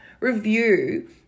review